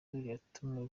yatumiwe